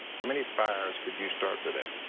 how many fires could you start with that?